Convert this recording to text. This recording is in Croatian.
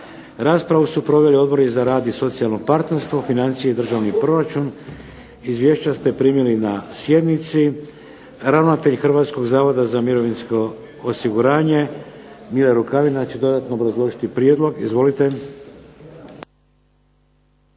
Raspravu su proveli Odbori za rad i socijalno partnerstvo, financije i državni proračun. Izvješća ste primili na sjednici. Ravnatelj Hrvatskog zavoda za mirovinsko osiguranje Mile Rukavina će dodatno obrazložiti prijedlog. Izvolite.